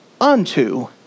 unto